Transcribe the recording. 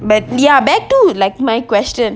but ya back to my question